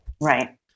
Right